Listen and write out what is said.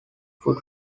food